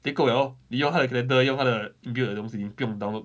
they called you all you all have lender 用他的 billed as long as you can download